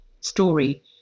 story